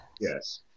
Yes